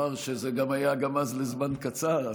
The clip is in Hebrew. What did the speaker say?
אומר שגם אז זה היה לזמן קצר,